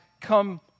come